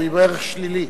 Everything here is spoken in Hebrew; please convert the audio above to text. הוא עם ערך שלילי.